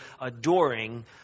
adoring